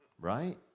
right